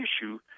issue